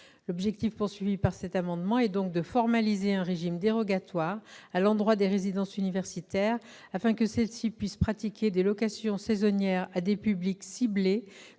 location saisonnière. Cet amendement a donc pour objet de formaliser un régime dérogatoire à l'endroit des résidences universitaires, afin que celles-ci puissent pratiquer des locations saisonnières à des publics ciblés